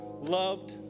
loved